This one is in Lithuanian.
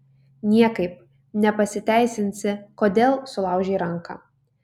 niekaip ne pasiteisinsi kodėl sulaužei ranką